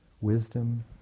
wisdom